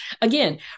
Again